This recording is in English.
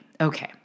Okay